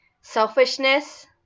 selfishness